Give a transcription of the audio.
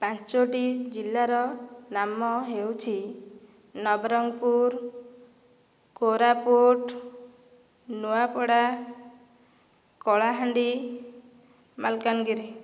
ପାଞ୍ଚଗୋଟି ଜିଲ୍ଲାର ନାମ ହେଉଛି ନବରଙ୍ଗପୁର କୋରାପୁଟ ନୂଆପଡ଼ା କଳାହାଣ୍ଡି ମାଲକାନଗିରି